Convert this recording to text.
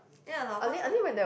ya lau-pa-sat